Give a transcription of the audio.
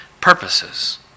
purposes